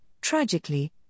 tragically